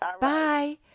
Bye